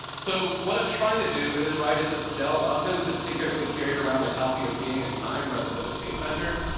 so what i'm trying to do is write as if dell upton had secretly carried around a copy of being in time rather than a tape measure.